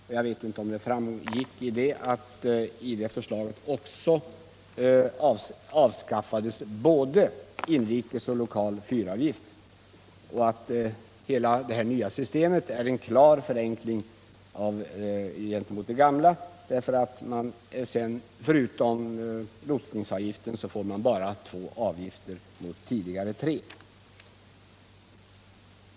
För den händelse det inte framgick av den redogörelsen vill jag nämna att det i förslaget ingick att både inrikes och lokal fyravgift skulle avskaffas. Hela det nya systemet innebär en klar förenkling i jämförelse med det gamla, eftersom man förutom lotsningsavgiften bara får två avgifter mot tidigare tre.